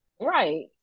Right